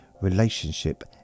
relationship